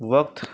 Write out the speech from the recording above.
وقت